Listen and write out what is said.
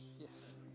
Yes